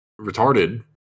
Retarded